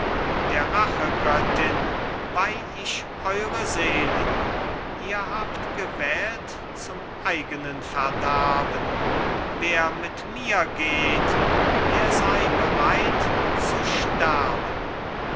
der rachegöttin weih ich eure seelen ihr habt gewählt zum eigenen verderben wer mit mir geht der sei bereit zu sterben